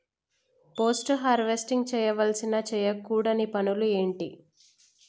Post harvesting చేయవలసిన చేయకూడని పనులు ఏంటి?